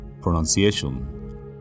pronunciation